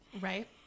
Right